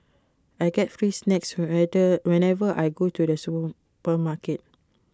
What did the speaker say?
I get free snacks whatever whenever I go to the supermarket